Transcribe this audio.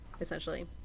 essentially